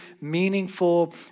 meaningful